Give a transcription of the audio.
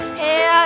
hey